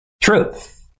truth